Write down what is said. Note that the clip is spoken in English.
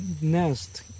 nest